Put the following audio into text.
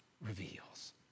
reveals